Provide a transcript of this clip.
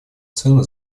цену